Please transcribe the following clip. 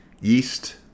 Yeast